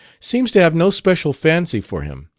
seems to have no special fancy for him.